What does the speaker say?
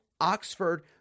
Oxford